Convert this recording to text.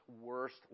worst